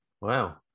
Wow